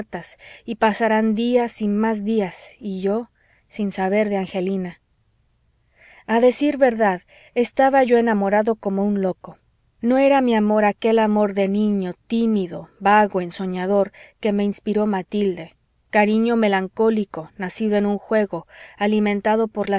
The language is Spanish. y pasarán días y más días y yo sin saber de angelina a decir verdad estaba yo enamorado como un loco no era mi amor aquel amor de niño tímido vago ensoñador que me inspiró matilde cariño melancólico nacido en un juego alimentado por